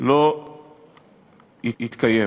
לא יתקיים.